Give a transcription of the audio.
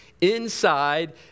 inside